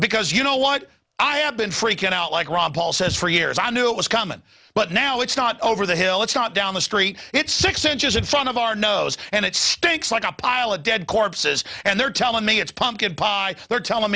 because you know what i have been freaking out like ron paul says for years i knew it was common but now it's not over the hill it's not down the street it's six inches in front of our nose and it stinks like a pile of dead corpses and they're telling me it's pumpkin pie there tell